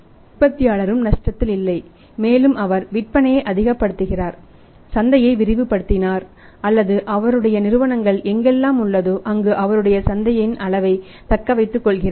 உற்பத்தியாளரும் நஷ்டத்தில் இல்லை மேலும் அவர் விற்பனையை அதிகப்படுத்துகிறார் சந்தையை விரிவுபடுத்தினார் அல்லது அவருடைய நிறுவனங்கள் எங்கெல்லாம் உள்ளதோ அங்கு அவருடைய சந்தையின் அளவை தக்க வைத்துக் கொள்கிறார்